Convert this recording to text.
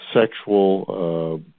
sexual